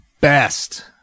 best